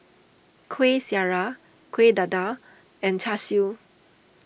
Kuih Syara Kuih Dadar and Char Siu